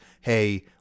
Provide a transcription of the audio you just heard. hey